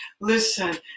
Listen